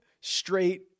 straight